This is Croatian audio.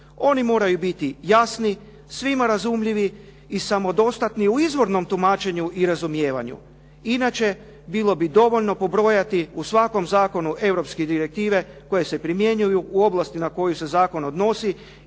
Oni moraju biti jasni, svima razumljivi i samodostatni u izvornom tumačenju i razumijevanju. Inače, bilo bi dovoljno pobrojati u svakom zakonu europske direktive koje se primjenjuju u ovlasti na koju se zakon odnosi